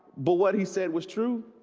but what he said was true